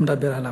מדבר עליהן.